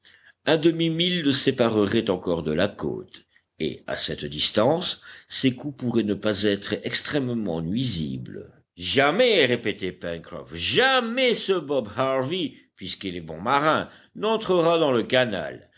un demi-mille le séparerait encore de la côte et à cette distance ses coups pourraient ne pas être extrêmement nuisibles jamais répétait pencroff jamais ce bob harvey puisqu'il est bon marin n'entrera dans le canal